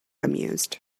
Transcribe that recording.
amused